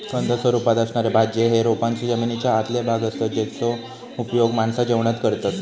कंद स्वरूपात असणारे भाज्ये हे रोपांचे जमनीच्या आतले भाग असतत जेचो उपयोग माणसा जेवणात करतत